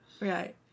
Right